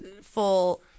full